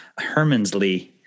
hermansley